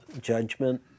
Judgment